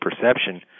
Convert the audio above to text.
perception